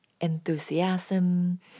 enthusiasm